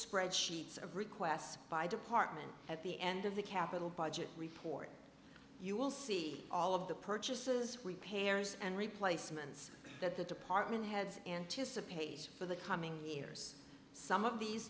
spread sheets of requests by department at the end of the capital budget report you will see all of the purchases repairs and replacements that the department heads anticipate for the coming years some of these